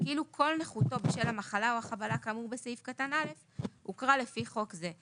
דרגת נכותו בשל ההחמרה אינה פחותה -25